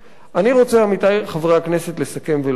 אני רוצה, עמיתי חברי הכנסת, לסכם ולומר כך: